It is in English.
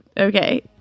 Okay